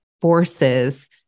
forces